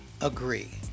agree